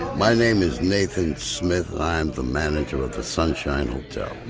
my name is nathan smith. i am the manager of the sunshine hotel.